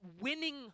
winning